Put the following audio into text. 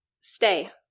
stay